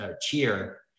cheer